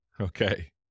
Okay